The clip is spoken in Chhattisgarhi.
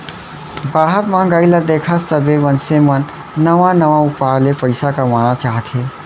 बाढ़त महंगाई ल देखत सबे मनसे मन नवा नवा उपाय ले पइसा कमाना चाहथे